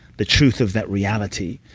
the truth of that reality.